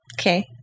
Okay